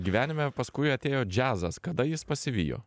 gyvenime paskui atėjo džiazas kada jis pasivijo